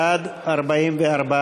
בריאות הנפש, לשנת הכספים 2017, לא נתקבלה.